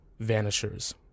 vanishers